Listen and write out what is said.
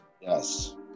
Yes